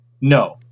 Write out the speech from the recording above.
No